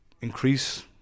increase